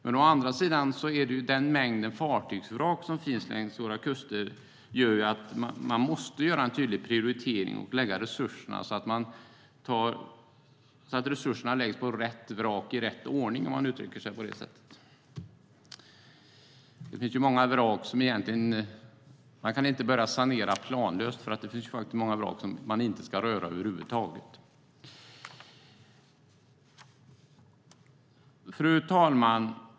Men å andra sidan gör den mängd fartygsvrak som finns längs våra kuster att man måste göra en tydlig prioritering och lägga resurserna på rätt vrak i rätt ordning, så att säga. Man kan inte börja sanera planlöst. Det finns faktiskt många vrak som man inte ska röra över huvud taget. Fru talman!